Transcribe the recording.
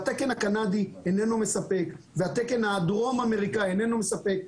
והתקן הקנדי איננו מספק והתקן הדרום אמריקאי לא סיפק.